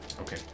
Okay